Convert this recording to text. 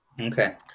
Okay